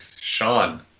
Sean